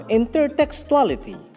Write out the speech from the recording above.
intertextuality